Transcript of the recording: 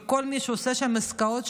וכל מי שעושה שם עסקאות,